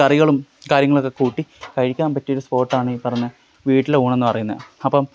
കറികളും കാര്യങ്ങളൊക്കെ കൂട്ടി കഴിക്കാൻ പറ്റിയ ഒരു സ്പോട്ടാണ് ഈ പറഞ്ഞേ വീട്ടിലെ ഊണെന്ന് പറയുന്നത് അപ്പോള്